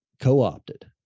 co-opted